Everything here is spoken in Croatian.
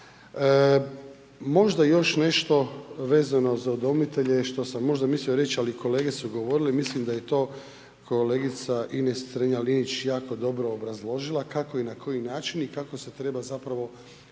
Možda još nešto vezano za udomitelje što sam možda mislio reći ali kolege su govorile, mislim da je to kolegica Ines Strenja-Linić jako dobro obrazložila kako i na koji način, kako se treba zapravo